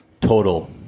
total